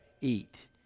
eat